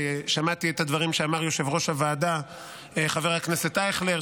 שמעתי את הדברים שאמר יושב-ראש הוועדה חבר הכנסת אייכלר,